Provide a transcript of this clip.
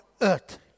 earth